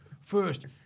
First